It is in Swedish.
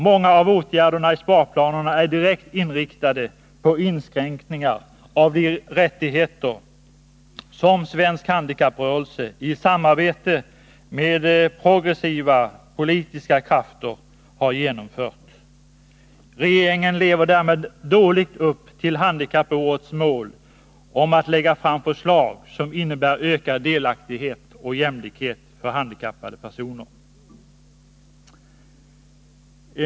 Många av åtgärderna i sparplanerna är direkt inriktade på inskränkningar av de rättigheter som svensk handikapprörelse i samarbete med progressiva politiska krafter har åstadkommit. Regeringen lever därmed dåligt upp till handikappårets mål om att lägga fram förslag, som innebär ökad delaktighet och jämlikhet för handikappade personer.